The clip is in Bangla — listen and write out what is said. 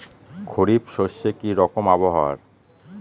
খরিফ শস্যে কি রকম আবহাওয়ার?